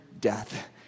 death